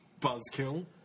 Buzzkill